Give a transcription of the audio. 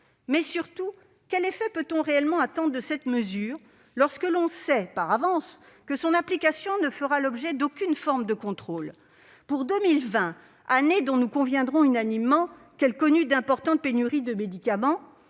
coûts. Surtout, quel effet peut-on réellement attendre de cette mesure lorsque l'on sait, par avance, que son application ne fera l'objet d'aucune forme de contrôle ? En 2020, année dont nous conviendrons unanimement qu'elle connut d'importantes pénuries de médicaments,